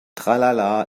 tralala